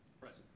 Present